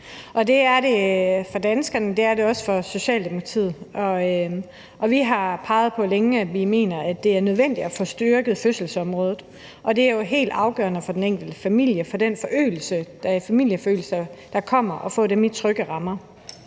Det er det for danskerne, og det er det også for Socialdemokratiet. Vi har længe peget på, at vi mener, at det er nødvendigt at få styrket fødselsområdet, og det er jo helt afgørende for den enkelte familie at få den familieforøgelse, der kommer, i trygge rammer.